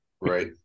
Right